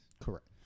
Correct